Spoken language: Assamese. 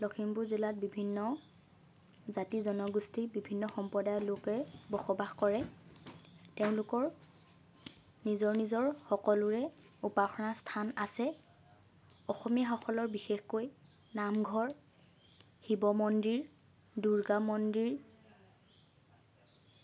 লখিমপুৰ জিলাত বিভিন্ন জাতি জনগোষ্ঠী বিভিন্ন সম্প্ৰদায়ৰ লোকে বসবাস কৰে তেওঁলোকৰ নিজৰ নিজৰ সকলোৰে উপাসনাৰ স্থান আছে অসমীয়া সকলৰ বিশেষকৈ নামঘৰ শিৱ মন্দিৰ দুৰ্গা মন্দিৰ